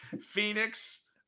Phoenix